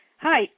Hi